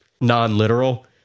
non-literal